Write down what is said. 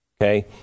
Okay